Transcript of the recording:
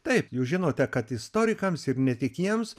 taip jūs žinote kad istorikams ir ne tik jiems